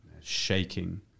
shaking